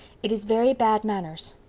it is very bad manners.